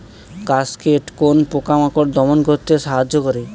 Cascade কোন পোকা মাকড় দমন করতে সাহায্য করে?